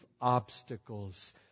obstacles